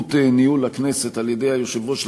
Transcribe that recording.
רציפות ניהול הכנסת על-ידי היושב-ראש של